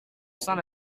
saint